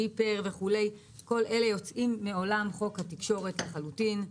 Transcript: ביפר וכו' - כל אלה יוצאים מעולם חוק התקשורת לחלוטין.